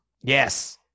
Yes